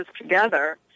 together